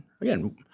again